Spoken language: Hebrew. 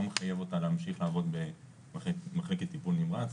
מחייב אותה להמשיך לעבוד במחלקת טיפול נמרץ,